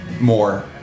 more